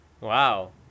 Wow